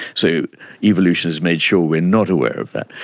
so evolution has made sure we are not aware of that.